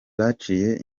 baciye